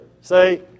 say